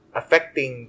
affecting